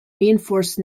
reinforced